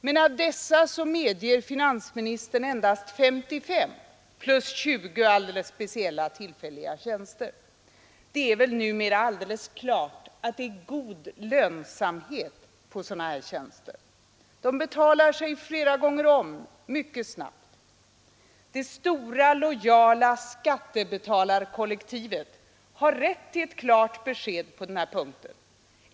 Men av dessa medger finansministern endast 55 plus 20 alldeles speciella tillfälliga tjänster. Det är numera alldeles klart att det är god lönsamhet på sådana här tjänster — de betalar sig flera gånger om mycket snabbt. Det stora lojala skattebetalarkollektivet har rätt till ett klart besked på den här punkten.